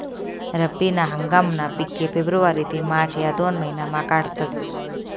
रब्बी ना हंगामना पिके फेब्रुवारी ते मार्च या दोन महिनामा काढातस